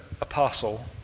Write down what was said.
apostle